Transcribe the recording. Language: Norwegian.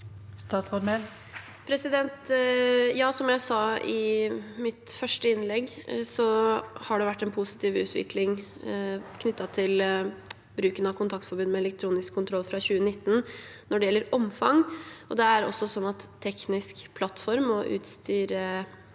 Mehl Som jeg sa i mitt første innlegg, har det vært en positiv utvikling knyttet til bruken av kontaktforbud med elektronisk kontroll fra 2019 når det gjelder omfang, og det er også sånn at teknisk plattform og utstyr